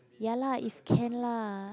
ya lah if can lah